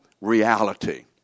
reality